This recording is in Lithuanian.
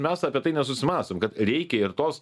mes apie tai nesusimąstom kad reikia ir tos